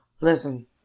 Listen